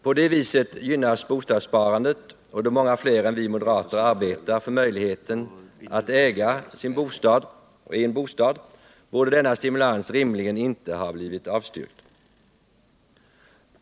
På det viset gynnas bostadssparandet. Då många fler än vi moderater arbetar för möjligheterna att äga bostaden borde denna stimulans rimligen inte ha blivit avstyrkt.